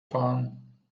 fahren